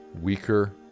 weaker